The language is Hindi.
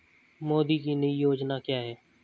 मोदी की नई योजना क्या है?